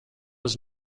was